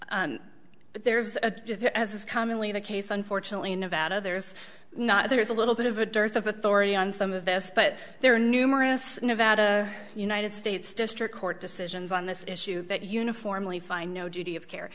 care but there's a as is commonly the case unfortunately in nevada there's not there's a little bit of a dearth of authority on some of this but there are numerous united states district court decisions on this issue that uniformly find no duty of care